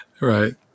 right